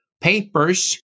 papers